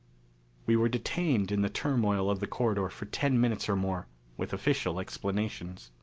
we were detained in the turmoil of the corridor for ten minutes or more with official explanations.